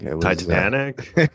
Titanic